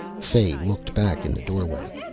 fay looked back in the doorway.